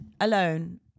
alone